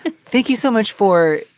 and thank you so much for,